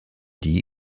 die